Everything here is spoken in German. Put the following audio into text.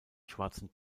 schwarzen